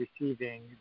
receiving